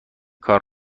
کار